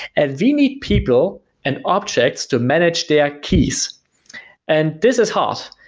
and we need people and objects to manage their keys and this is hard,